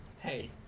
hey